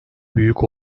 büyük